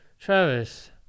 Travis